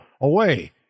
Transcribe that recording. away